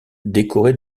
décoré